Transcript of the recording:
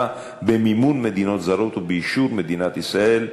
במימון מדינות זרות ובאישור מדינת ישראל,